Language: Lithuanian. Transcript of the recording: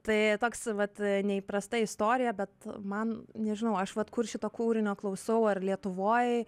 tai toks vat neįprasta istorija bet man nežinau aš vat kur šito kūrinio klausau ar lietuvoj